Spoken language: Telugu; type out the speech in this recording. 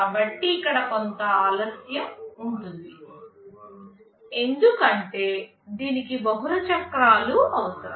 కాబట్టి ఇక్కడ కొంత ఆలస్యం ఉంటుంది ఎందుకంటే దీనికి బహుళ చక్రాలు అవసరం